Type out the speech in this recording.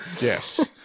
Yes